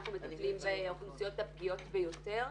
אנחנו מטפלים באוכלוסיות הפגיעות ביותר.